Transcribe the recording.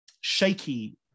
shaky